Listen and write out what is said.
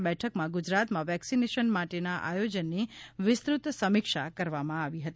આ બેઠકમાં ગુજરાતમાં વેક્સિનેશન માટેના આયોજનની વિસ્તૃત સમીક્ષા કરવામાં આવી હતી